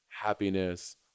happiness